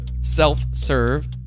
self-serve